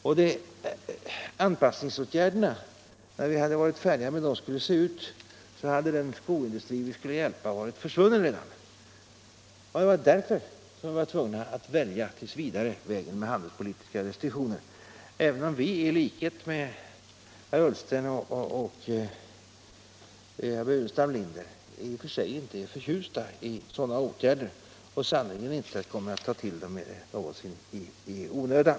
När vi skulle ha varit färdiga med hur anpassningsåtgärderna borde se ut skulle den skoindustri vi avsåg att hjälpa redan ha varit försvunnen. Det var därför vi var tvungna att t. v. välja handelspolitiska restriktioner, trots att vi, liksom herr Ullsten och herr Burenstam Linder, inte är förtjusta i sådana åtgärder och sannerligen inte kommer att någonsin ta till sådana i onödan.